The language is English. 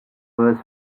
was